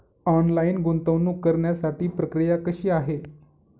Online गुंतवणूक करण्यासाठी प्रक्रिया कशी आहे?